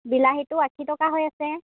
বিলাহীটো আশী টকা হৈ আছে